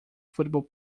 football